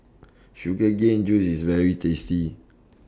Sugar Cane Juice IS very tasty